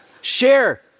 Share